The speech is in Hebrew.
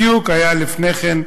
כך בדיוק היה לפני כן,